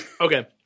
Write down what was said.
Okay